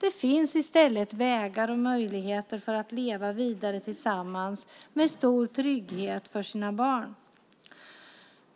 Det finns i stället vägar och möjligheter att leva vidare tillsammans med stor trygghet för sina barn.